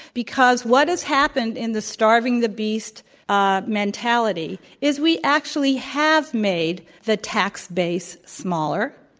because what has happened in the starving the beast ah mentality is we actually have made the tax base smaller.